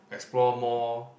explore more